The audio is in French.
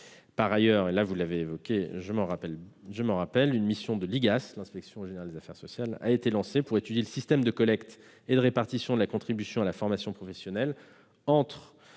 Par ailleurs, vous le savez, une mission de l'Inspection générale des affaires sociales a été lancée pour étudier le système de collecte et de répartition de la contribution à la formation professionnelle entre